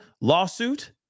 lawsuit